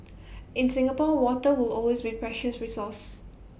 in Singapore water will always be precious resource